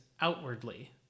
outwardly